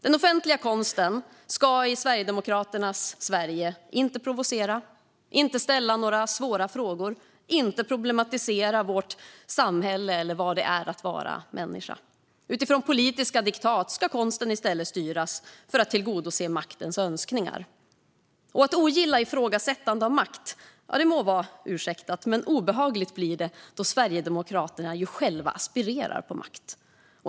Den offentliga konsten ska i Sverigedemokraternas Sverige inte provocera, inte ställa några svåra frågor och inte problematisera vårt samhälle eller vad det är att vara människa. Utifrån politiska diktat ska konsten i stället styras för att tillgodose maktens önskningar. Att ogilla ifrågasättande av makt må vara ursäktat, men det blir obehagligt då Sverigedemokraterna ju själva aspirerar på makt.